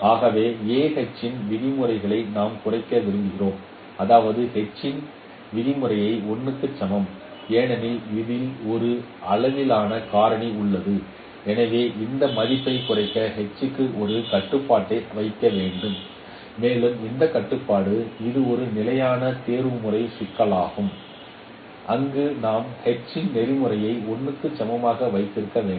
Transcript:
ஆகவே Ah ன் விதிமுறையை நாம் குறைக்க விரும்புகிறோம் அதாவது h இன் விதிமுறை 1 க்கு சமம் ஏனெனில் இதில் ஒரு அளவிலான காரணி உள்ளது எனவே இந்த மதிப்பைக் குறைக்க h க்கு ஒரு கட்டுப்பாட்டை வைக்க வேண்டும் மேலும் இந்த கட்டுப்பாடு இது ஒரு நிலையான தேர்வுமுறை சிக்கலாகும் அங்கு நாம் h இன் நெறிமுறையை 1 க்கு சமமாக வைத்திருக்க வேண்டும்